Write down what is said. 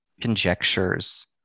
conjectures